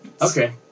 Okay